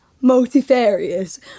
multifarious